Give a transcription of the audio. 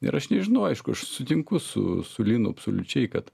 ir aš nežinau aišku aš sutinku su su linu absoliučiai kad